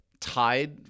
tied